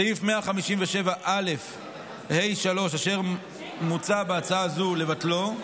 סעיף 157א(ה)(3), אשר מוצע בהצעה זו לבטלו,